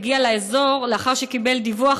הגיע לאזור לאחר שקיבל דיווח,